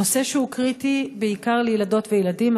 נושא שהוא קריטי בעיקר לילדות וילדים,